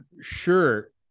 Sure